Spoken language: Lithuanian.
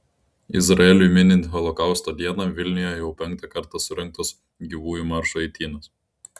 izraeliui minint holokausto dieną vilniuje jau penktą kartą surengtos gyvųjų maršo eitynės